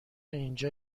اینجا